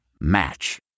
match